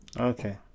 okay